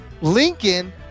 lincoln